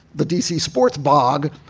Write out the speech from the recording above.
the d c. sports blog.